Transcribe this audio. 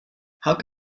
how